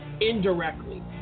indirectly